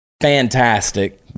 Fantastic